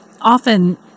Often